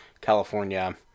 California